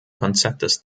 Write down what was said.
konzeptes